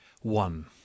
one